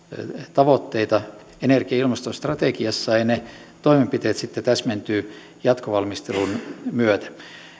tavoitteita energia ja ilmastostrategiassa ja toimenpiteet sitten täsmentyvät jatkovalmistelun myötä